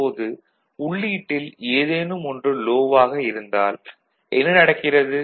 இப்போது உள்ளீட்டில் ஏதேனும் ஒன்று லோ ஆக இருந்தால் என்ன நடக்கிறது